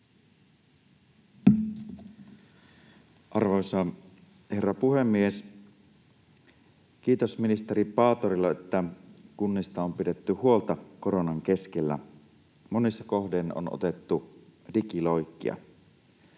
Arvoisa herra puhemies! Kiitos ministeri Paaterolle, että kunnista on pidetty huolta koronan keskellä. Monissa kohdin on otettu digiloikkia.